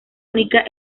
única